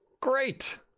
Great